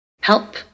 Help